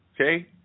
Okay